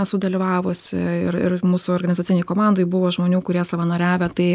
esu dalyvavusi ir ir mūsų organizacinėj komandoj buvo žmonių kurie savanoriavę tai